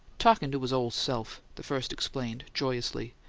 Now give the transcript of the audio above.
talkin' to his ole se'f! the first explained, joyously.